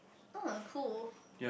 uh cool